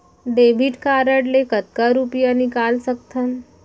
Debit card ले कतका रुपिया निकाल सकथन?